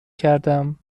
کردم